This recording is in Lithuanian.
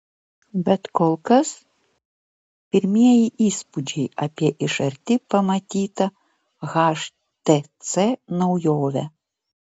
bet kol kas pirmieji įspūdžiai apie iš arti pamatytą htc naujovę